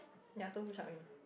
ya